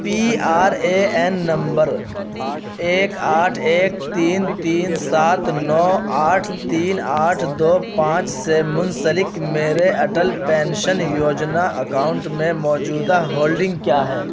P R A N number ایک آٹھ ایک تین تین سات نو آٹھ تین آٹھ دو پانچ سے منسلک میرے اٹل پینشن یوجنا اکاؤنٹ میں موجودہ ہولڈنگ کیا ہے